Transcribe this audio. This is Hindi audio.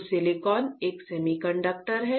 तो सिलिकॉन एक सेमीकंडक्टर है